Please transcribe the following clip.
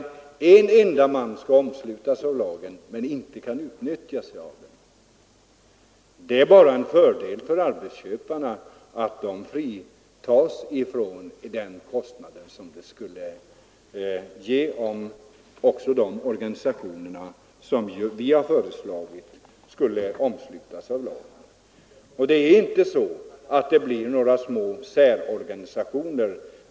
En enda man skulle alltså omslutas av lagen, men han skulle ändå inte kunna utnyttja lagen — det är bara en fördel för arbetsköparna, som därigenom fritas från den kostnad som de skulle erlägga, om också de organisationer som vi har föreslagit skulle omslutas av lagen. Det är inte så att det blir fråga om några små särorganisationer.